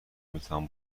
میتوان